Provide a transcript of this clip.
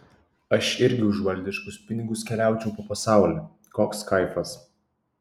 aš irgi už valdiškus pinigus keliaučiau po pasaulį koks kaifas